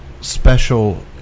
special